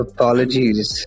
Apologies